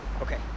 Okay